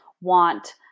want